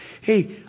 hey